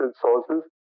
sources